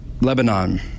Lebanon